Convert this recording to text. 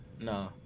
No